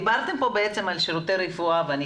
דיברתם כאן על שירותי רפואה ואני